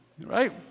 Right